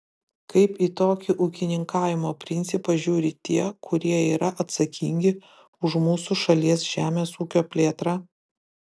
kaip į tokį ūkininkavimo principą žiūri tie kurie yra atsakingi už mūsų šalies žemės ūkio plėtrą